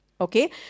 Okay